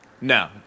No